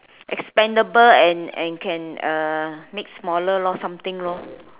expandable and and can uh make smaller lor something lor